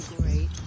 great